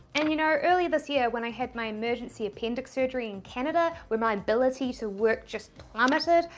and you know earlier this year when i had my emergency appendix surgery in canada where my ability to work just plummeted,